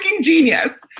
genius